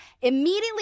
Immediately